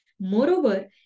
moreover